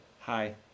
hi